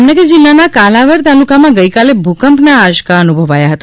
જામનગર જિલ્લાના કાલાવડ તાલુકામાં ગઇકાલે ભૂકંપના આંચકા અનુભવાયા હતા